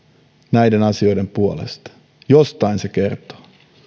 näiden asioiden puolesta jostain se kertoo